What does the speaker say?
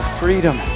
freedom